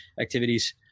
activities